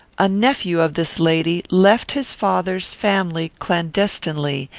a nephew of this lady left his father's family clandestinely,